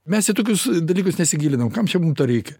mes į tokius dalykus nesigilinam kam čia mum to reikia